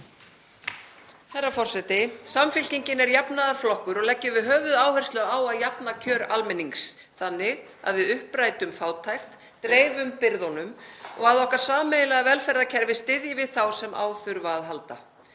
Herra forseti. Samfylkingin er jafnaðarflokkur og leggjum við höfuðáherslu á að jafna kjör almennings þannig að við upprætum fátækt, dreifum byrðunum og að okkar sameiginlega velferðarkerfi styðji við þá sem á þurfa að halda.